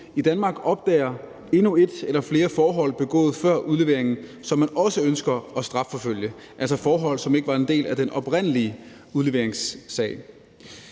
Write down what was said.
i Danmark, opdager endnu et eller flere forhold begået før udleveringen, som man også ønsker at strafforfølge for, altså forhold, som ikke var en del af den oprindelige udleveringssag.